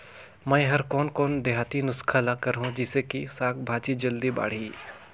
मै हर कोन कोन देहाती नुस्खा ल करहूं? जिसे कि साक भाजी जल्दी बाड़ही?